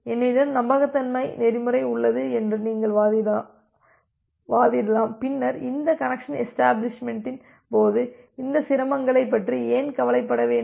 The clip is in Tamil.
என்னிடம் நம்பகத்தன்மை நெறிமுறை உள்ளது என்று நீங்கள் வாதிடலாம் பின்னர் இந்த கனெக்சன் எஷ்டபிளிஷ்மெண்ட்டின் போது இந்த சிரமங்களைப் பற்றி ஏன் கவலைப்பட வேண்டும்